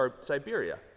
Siberia